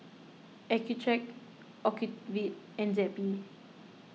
Accucheck Ocuvite and Zappy